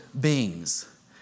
beings